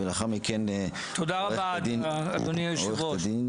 לאחריו עורכת הדין